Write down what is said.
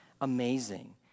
Amazing